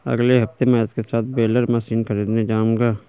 अगले हफ्ते महेश के साथ बेलर मशीन खरीदने जाऊंगा